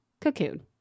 cocoon